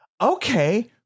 okay